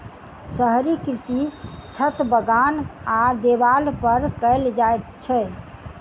शहरी कृषि छत, बगान आ देबाल पर कयल जाइत छै